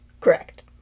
Correct